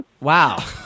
Wow